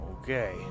Okay